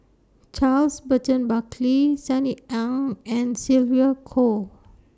Charles Burton Buckley Sunny Ang and Sylvia Kho